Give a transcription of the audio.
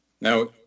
Now